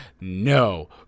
No